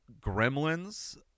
gremlins